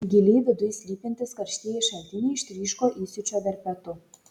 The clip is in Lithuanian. giliai viduj slypintys karštieji šaltiniai ištryško įsiūčio verpetu